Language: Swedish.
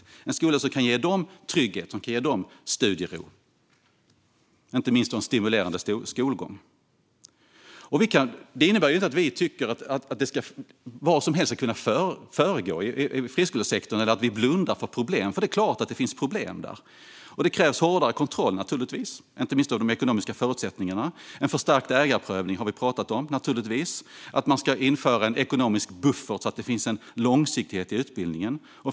Det ska vara en skola som kan ge dem trygghet, studiero och inte minst en stimulerande skolgång. Detta innebär inte att vi tycker att vad som helst ska kunna försiggå i friskolesektorn eller att vi blundar för problem. Det är klart att det finns problem där. Det krävs naturligtvis hårdare kontroll, inte minst av de ekonomiska förutsättningarna. En förstärkt ägarprövning har vi pratat om, naturligtvis, och att man ska införa en ekonomisk buffert så att det finns en långsiktighet i utbildningen.